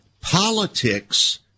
politics